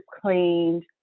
cleaned